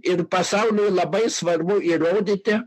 ir pasauliui labai svarbu įrodyti